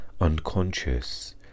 unconscious